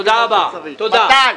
בסדר, הבטחתי.